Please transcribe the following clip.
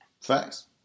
Facts